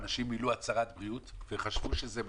אנשים מילאו הצהרת בריאות וחשבו שזה מספיק,